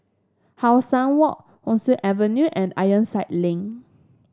How Sun Walk Rosyth Avenue and Ironside Link